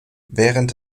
während